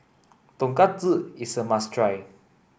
Tonkatsu is a must try